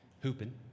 hooping